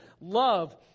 Love